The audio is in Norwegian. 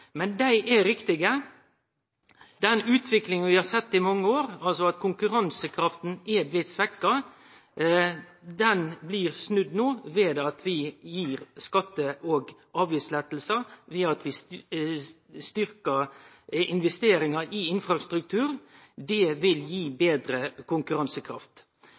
Men dei er riktige. Den utviklinga vi har sett i mange år, at konkurransekrafta er blitt svekt, blir no snudd ved at vi gir skatte- og avgiftslette, ved at vi styrkjer investeringar i infrastruktur. Det vil gi betre konkurransekraft.